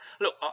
look